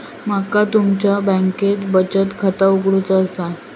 माका तुमच्या बँकेत बचत खाता उघडूचा असा?